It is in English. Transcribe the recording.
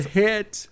hit